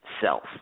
self